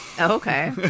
Okay